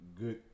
good